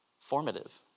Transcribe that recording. formative